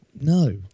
No